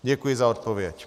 Děkuji za odpověď.